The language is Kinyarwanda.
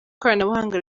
ikoranabuhanga